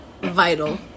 vital